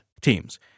teams